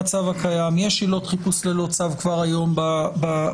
יש עילות חיפוש ללא צו כבר היום בחוק.